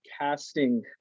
casting